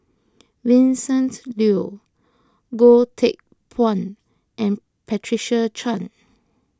Vincent Leow Goh Teck Phuan and Patricia Chan